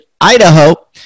Idaho